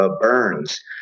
burns